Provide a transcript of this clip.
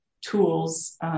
tools